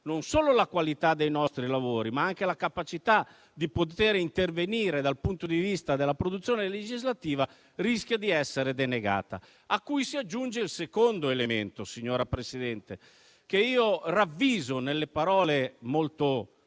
non solo la qualità dei nostri lavori, ma anche la capacità di poter intervenire dal punto di vista della produzione legislativa rischia di essere denegata. A ciò si aggiunge il secondo elemento, signora Presidente, che io ravviso nelle parole molto